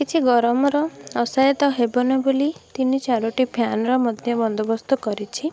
କିଛି ଗରମର ଅସହାୟତା ହେବନି ବୋଲି ତିନି ଚାରିଟି ଫ୍ୟାନ୍ର ମଧ୍ୟ ବନ୍ଦୋବସ୍ତ କରିଛି